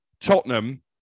Tottenham